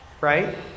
right